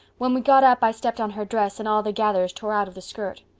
when we got up i stepped on her dress and all the gathers tore out of the skirt.